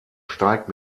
steigt